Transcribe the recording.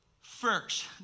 First